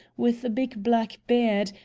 with a big black beard,